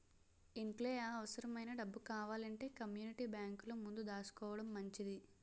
ఇంట్లో ఏ అవుసరమైన డబ్బు కావాలంటే కమ్మూనిటీ బేంకులో ముందు దాసుకోడం మంచిది